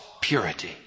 purity